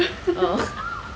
oh